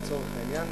לצורך העניין,